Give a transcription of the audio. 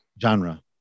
Genre